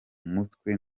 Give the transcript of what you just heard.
mutwe